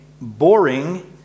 boring